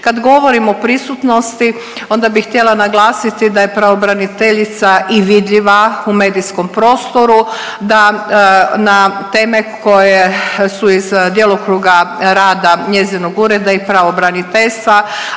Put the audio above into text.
Kad govorim o prisutnosti onda bi htjela naglasiti da je pravobraniteljica i vidljiva u medijskom prostoru, da na teme koje su iz djelokruga rada njezinog ureda i pravobraniteljstva,